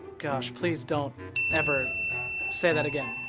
heh, please don't ever say that again,